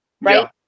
right